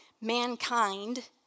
mankind